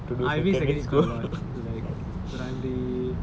I miss secondary school a lot like primary